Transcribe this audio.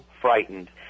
frightened